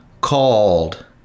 called